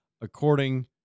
according